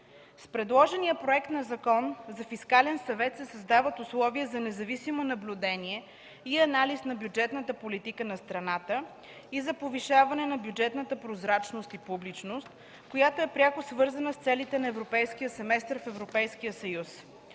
С предложения Проект на Закон за фискален съвет се създават условия за независимо наблюдение и анализ на бюджетната политика на страната и за повишаване на бюджетната прозрачност и публичност, което пряко е свързано с целите на Европейския семестър в Европейския съюз.